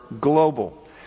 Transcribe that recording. global